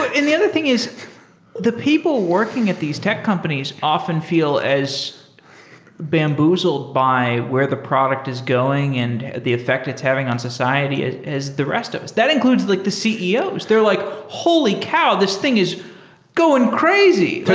the and the other thing is the people working at these tech companies often feel as bamboozled by where the product is going and the effect it's having on society as the rest of us. that includes like the ceos. they're like, holy cow! this thing is going crazy.